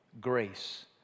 grace